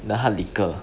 the hard liquor